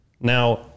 now